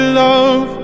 love